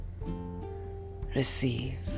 receive